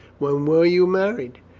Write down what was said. when were you married?